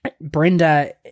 Brenda